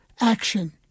action